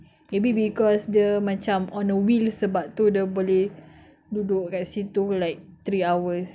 maybe because dia macam on the wheel sebab tu dia boleh duduk dekat situ like three hours